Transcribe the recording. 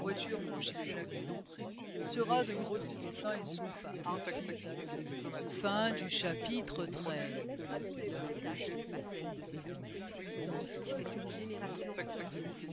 franchissait la grille d'entrée sera de me retrouver sain et sauf à hartfield avec les miens